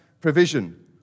provision